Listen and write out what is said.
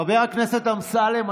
חבר הכנסת אמסלם,